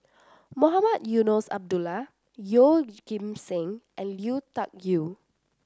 Mohamed Eunos Abdullah Yeoh Ghim Seng and Lui Tuck Yew